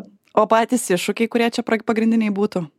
o patys iššūkiai kurie čia pra pagrindiniai būtų